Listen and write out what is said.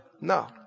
no